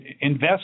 invest